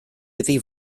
iddi